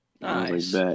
Nice